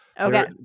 Okay